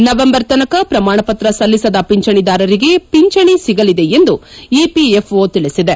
November ತನಕ ಶ್ರಮಾಣ ಪತ್ರ ಸಲ್ಲಿಸದ ಪಿಂಚಣಿದಾರರಿಗೆ ಪಿಂಚಣಿ ಸಿಗಲಿದೆ ಎಂದು ಇಪಿಎಫ್ಒ ತಿಳಿಸಿದೆ